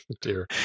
dear